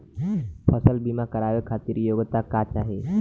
फसल बीमा करावे खातिर योग्यता का चाही?